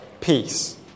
peace